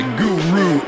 guru